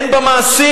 הן במעשים.